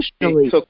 Emotionally